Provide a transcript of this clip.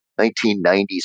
1990s